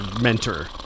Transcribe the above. mentor